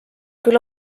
küll